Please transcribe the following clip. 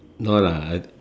no lah